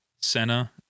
Senna